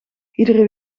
iedere